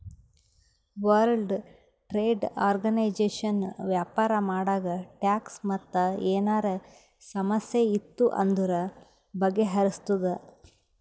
world trade organisation ವ್ಯಾಪಾರ ಮಾಡಾಗ tax ಮತ್ ಏನರೇ ಸಮಸ್ಯೆ ಇತ್ತು ಅಂದುರ್ ಬಗೆಹರುಸ್ತುದ್